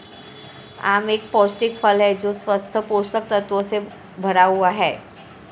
आम एक पौष्टिक फल है जो स्वस्थ पोषक तत्वों से भरा हुआ है